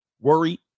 worry